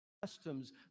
customs